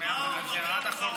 ומה קרה בכפר ורדים?